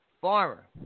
Farmer